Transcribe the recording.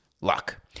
luck